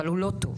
אבל הוא לא טוב.